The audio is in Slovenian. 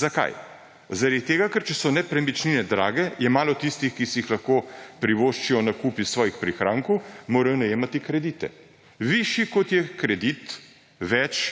Zakaj? Zaradi tega, ker če so nepremičnine drage, je malo tistih, ki si jih lahko privoščijo z nakupom iz svojih prihrankov in morajo najemati kredite. Višji kot je kredit, več